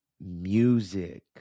Music